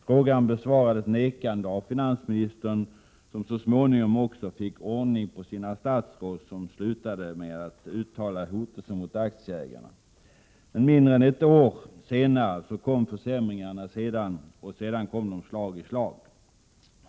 Frågan besvarades nekande av finansministern, som så småningom också fick ordning på sina statsråd som upphörde med att uttala hotelser mot aktieägarna. Mindre än ett år senare kom dock försämringarna, och senare kom de slag i slag.